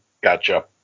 Gotcha